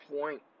point